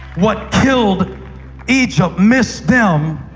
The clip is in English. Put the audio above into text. what killed egypt missed them.